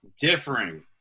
Differing